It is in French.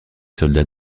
soldats